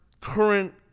current